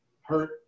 hurt